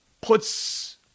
puts